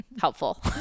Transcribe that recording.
helpful